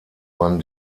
man